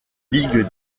ligues